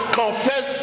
confess